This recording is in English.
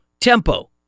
tempo